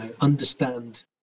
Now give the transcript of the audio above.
understand